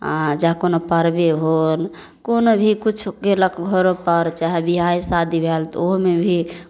आ जऽ कोनो पर्वे होल कोनो भी किछु कयलक घरोपर चाहे ब्याहे शादी भएल तऽ ओहोमे भी